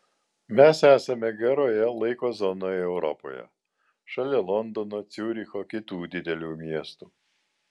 mes esame geroje laiko zonoje europoje šalia londono ciuricho kitų didelių miestų